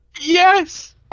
Yes